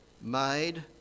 made